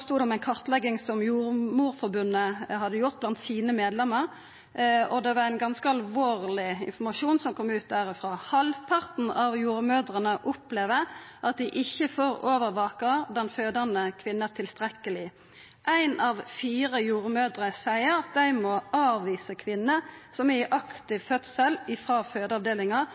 stod det om ei kartlegging som Jordmorforbundet hadde gjort blant medlemene sine. Det var ein ganske alvorleg informasjon som kom ut derifrå. Halvparten av jordmødrene opplever at dei ikkje får overvaka dei fødande kvinnene tilstrekkeleg. Ei av fire jordmødrer seier at dei må avvise kvinner som er i aktiv fødsel frå fødeavdelinga,